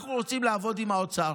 אנחנו רוצים לעבוד עם האוצר.